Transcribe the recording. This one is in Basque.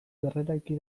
berreraiki